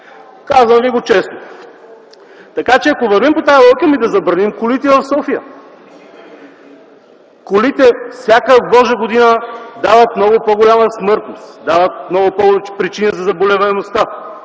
Казвам Ви го честно! Ако вървим по тази логика, да забраним колите в София. Колите всяка божа година дават много по-голяма смъртност, дават много повече причини за заболеваемостта,